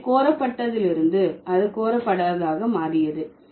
எனவே கோரப்பட்ட இருந்து அது கோரப்படாத மாறியது